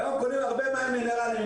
והיום קונים הרבה מים מינרלים.